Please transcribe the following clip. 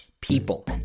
people